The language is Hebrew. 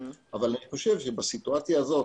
אני חושב שבסיטואציה הזאת,